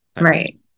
Right